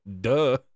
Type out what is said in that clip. Duh